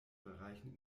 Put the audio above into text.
bereichen